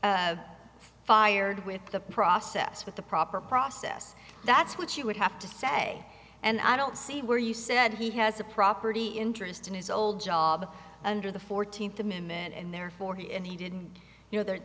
get fired with the process with the proper process that's what you would have to say and i don't see where you said he has a property interest in his old job under the fourteenth amendment and therefore he and he didn't know th